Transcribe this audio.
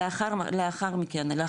לאחר מכן.